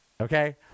Okay